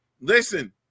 listen